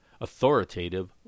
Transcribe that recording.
authoritative